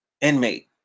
inmate